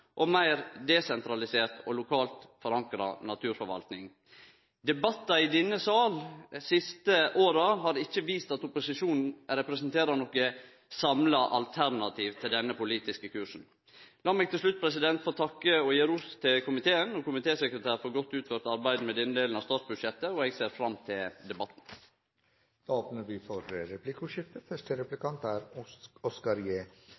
og meir desentralisert og lokalt forankra naturforvaltning. Debattar i denne salen dei siste åra har ikkje vist at opposisjon representerer noka samla alternativ til denne politiske kursen. La meg til slutt få takke og gje ros til komiteen og komitésekretæren for godt utført arbeid med denne delen av statsbudsjettet, og eg ser fram til debatten. Det blir replikkordskifte. I ein merknad peikar regjeringsfleirtalet på at